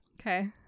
Okay